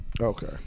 Okay